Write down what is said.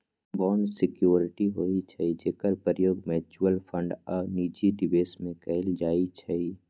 bond security होइ छइ जेकर प्रयोग म्यूच्यूअल फंड आऽ निजी निवेश में कएल जाइ छइ